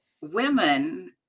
women